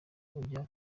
ujya